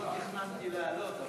לא תכננתי לעלות,